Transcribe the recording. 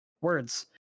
words